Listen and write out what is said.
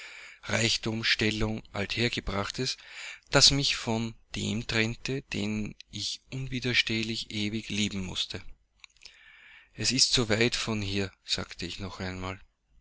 reichtum stellung althergebrachtes das mich von dem trennte den ich unwiderstehlich ewig lieben mußte es ist so weit von hier sagte ich noch einmal